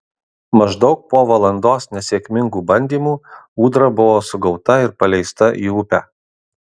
maždaug po valandos nesėkmingų bandymų ūdra buvo sugauta ir paleista į upę